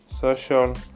social